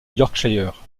yorkshire